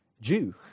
Jew